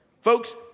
folks